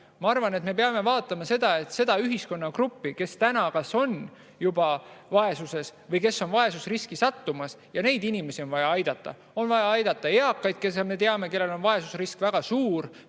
Ma arvan, et me peame vaatama seda, et seda ühiskonnagruppi, kes täna kas on juba vaesuses või kes on vaesusriski sattumas, on vaja aidata. On vaja aidata eakaid. Me teame, et neil on vaesusrisk väga suur,